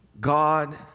God